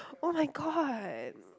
!oh-my-god!